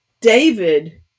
David